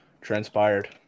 transpired